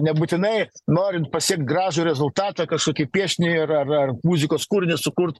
nebūtinai norint pasiekt gražų rezultatą kažkokį piešinį ir ar ar muzikos kūrinį sukurt